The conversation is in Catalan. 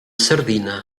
sardina